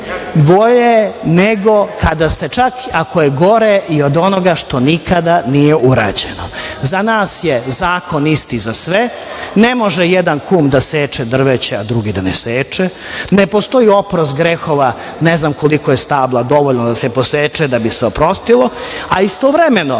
nego kada se čak i ako je gore i od onoga što nikada nije urađeno.Za nas je zakon isti za sve. Ne može jedan kum da seče drveća, a drugi da ne seče. Ne postoji oprost grehova, ne znam koliko je stabla dovoljno da se poseče da bi se oprostilo, a istovremeno